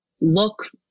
look